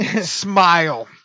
smile